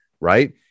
right